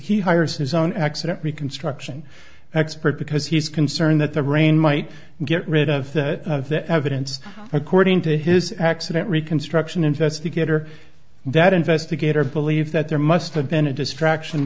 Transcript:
he hires his own accident reconstruction expert because he's concerned that the rain might get rid of the evidence according to his accident reconstruction investigator that investigator believes that there must have been a distraction